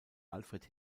alfred